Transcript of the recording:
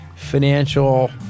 financial